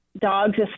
dogs